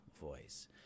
voice